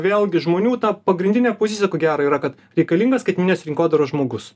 vėlgi žmonių ta pagrindinė pozicija ko gera yra kad reikalingas skaitmeninės rinkodaros žmogus